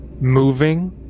moving